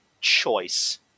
choice